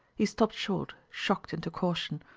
he stopped short, shocked into caution.